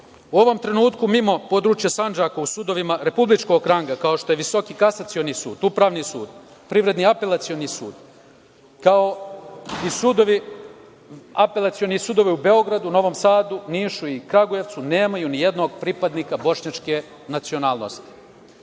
ovom trenutku mimo područja Sandžaka u sudovima republičkog ranga, kao što je Visoki kasacioni sud, Upravni sud, Privredni apelacioni sud, kao i Apelacioni sudovi u Beogradu, Novom Sadu, Nišu i Kragujevcu, nemaju nijednog pripadnika bošnjačke nacionalnosti.